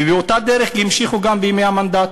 ובאותה דרך המשיכו גם בימי המנדט.